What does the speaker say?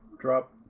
drop